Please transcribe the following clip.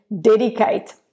dedicate